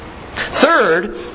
Third